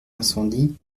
incendie